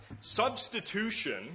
substitution